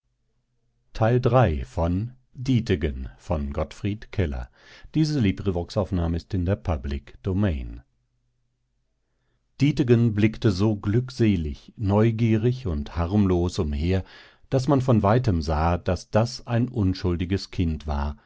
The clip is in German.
gottfried keller dietegen blickte so glückselig neugierig und harmlos umher daß man von weitem sah daß das ein unschuldiges kind war